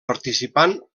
participant